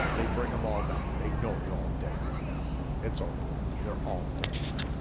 they bring them all back, they know they're all dead men now, it's over with, they're all dead men.